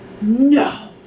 No